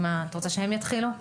את רוצה שהם יתחילו?